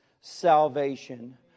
salvation